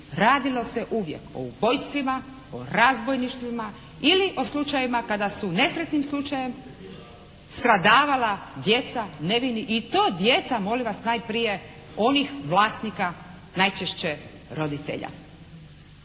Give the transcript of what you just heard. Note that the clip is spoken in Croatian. Radilo se uvijek o ubojstvima, o razbojništvima ili o slučajevima kada su nesretnim slučajem stradavala djeca, nevini i to djeca molim vas najprije onih vlasnika najčešće roditelja.